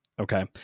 Okay